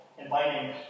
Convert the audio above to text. inviting